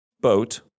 boat